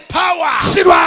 power